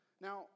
Now